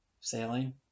Sailing